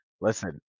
listen